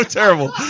terrible